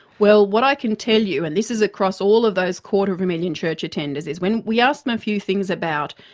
well what i can tell you and this is across all of those quarter of a million church attenders is, when we ask them a few things about,